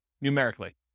numerically